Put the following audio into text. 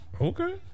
Okay